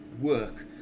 work